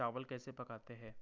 चावल कैसे पकाते है